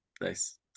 nice